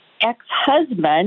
ex-husband